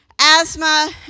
asthma